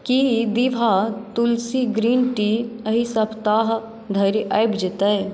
की दिभा तुलसी green tea एहि सप्ताह धरि आबि जेतै